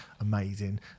amazing